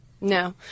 No